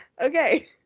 Okay